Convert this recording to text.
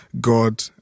God